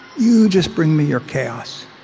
you just bring me your chaos.